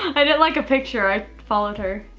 i didn't like a picture, i followed her.